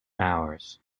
hours